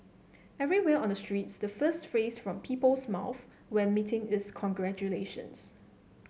everywhere on the streets the first phrase from people's mouths when meeting is congratulations